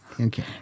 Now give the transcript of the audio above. Okay